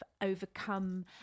overcome